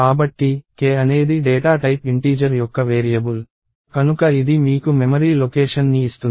కాబట్టి k అనేది data type integer యొక్క వేరియబుల్ కనుక ఇది మీకు మెమరీ లొకేషన్ ని ఇస్తుంది